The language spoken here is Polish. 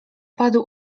padł